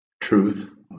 truth